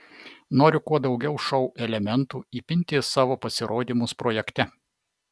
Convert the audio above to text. noriu kuo daugiau šou elementų įpinti į savo pasirodymus projekte